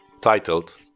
titled